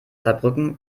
saarbrücken